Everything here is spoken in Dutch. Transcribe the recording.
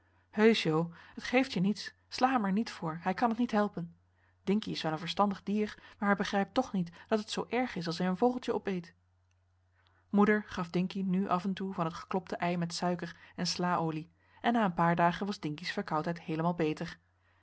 heusch jo t geeft je niets sla hem er niet voor hij kan t niet helpen dinkie is wel een verstandig dier maar hij begrijpt toch niet dat het zoo erg is als hij een vogeltje opeet moeder gaf dinkie nu af en toe van het geklopte ei met suiker en slaolie en na een paar dagen was dinkie's verkoudheid heelemaal beter